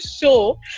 show